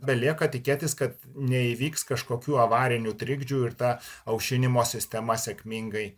belieka tikėtis kad neįvyks kažkokių avarinių trikdžių ir ta aušinimo sistema sėkmingai